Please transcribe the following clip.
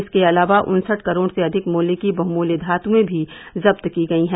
इसके अलावा उन्सठ करोड़ से अधिक मूल्य की बहुमूल्य धातुए भी जब्त की गयी है